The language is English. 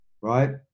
right